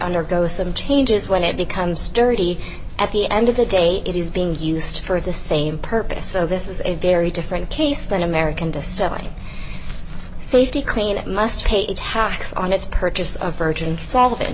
undergo some changes when it becomes dirty at the end of the day it is being used for the same purpose so this is a very different case than american distilling safety clean it must pay tax on its purchase of virgin solve